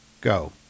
go